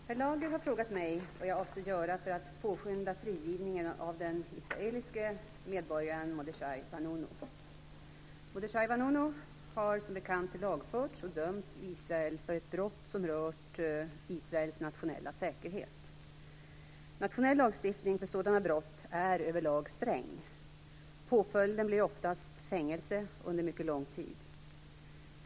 Fru talman! Per Lager har frågat mig vad jag avser att göra för att påskynda frigivningen av den israeliske medborgaren Mordechai Vanunu. Mordechai Vanunu har som bekant lagförts och dömts i Israel för ett brott som rört Israels nationella säkerhet. Nationell lagstiftning för sådana brott är över lag sträng. Påföljden blir oftast fängelse under mycket lång tid.